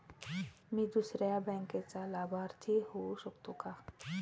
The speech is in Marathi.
मी दुसऱ्या बँकेचा लाभार्थी होऊ शकतो का?